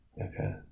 Okay